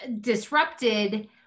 disrupted